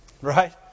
Right